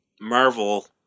Marvel